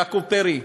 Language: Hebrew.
יעקב פרי,